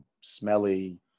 smelly